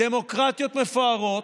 דמוקרטיות מפוארות,